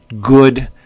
good